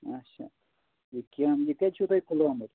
اَچھا یہِ کیٚنٛہہ یہِ کَتہِ چھُو تۄہہِ کھُلوومُت